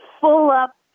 full-up